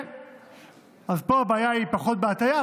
אז פה הבעיה היא פחות בהטיה,